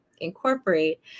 incorporate